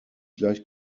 gleich